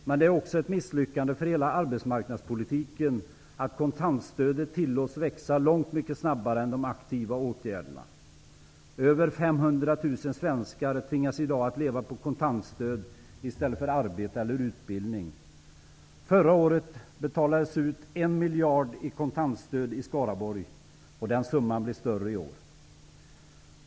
Men det är också ett misslyckande för hela arbetsmarknadspolitiken att kontantstödet tillåts växa långt snabbare än de aktiva åtgärderna. Över 500 000 svenskar tvingas i dag att leva på kontantstöd i stället för arbete eller utbildning. Förra året betalades ut en miljard i kontantstöd i Skaraborg, och den summan blir större i år.